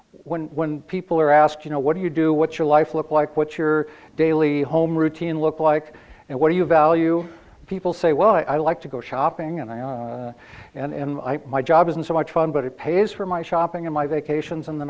charts when people are asked you know what do you do what's your life look like what's your daily home routine look like and what do you value people say well i like to go shopping and i are and my job isn't so much fun but it pays for my shopping and my vacations and the